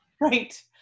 Right